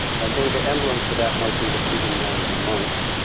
and maybe the emblem for that might be the bleeding nun in the monk,